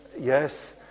Yes